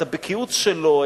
את הבקיאות שלו,